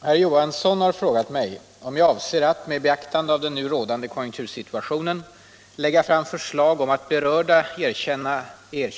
Den rådande konjunktursituationen har inneburit att det vid vissa företag inom en del branscher införts korttidsvecka eller andra inskränkningar av den ordinarie arbetstiden.